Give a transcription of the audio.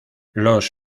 los